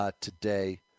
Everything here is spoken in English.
today